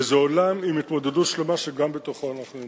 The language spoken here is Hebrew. וזה עולם עם התמודדות שלמה שגם בתוכו אנחנו נמצאים.